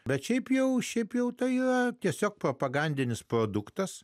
bet šiaip jau šiaip jau tai yra tiesiog propagandinis produktas